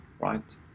right